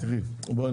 את